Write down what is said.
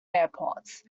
airports